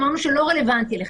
אמרנו שלא רלוונטי אליך,